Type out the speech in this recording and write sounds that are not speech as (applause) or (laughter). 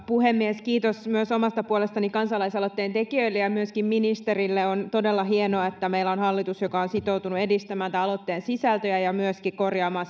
puhemies kiitos myös omasta puolestani kansalaisaloitteen tekijöille ja myöskin ministerille on todella hienoa että meillä on hallitus joka on sitoutunut edistämään tämän aloitteen sisältöä ja ja myöskin korjaamaan (unintelligible)